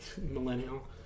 Millennial